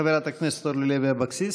חברת הכנסת אורלי לוי אבקסיס.